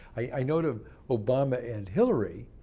i know to obama and hillary,